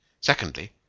secondly